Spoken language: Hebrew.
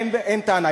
אין טענה,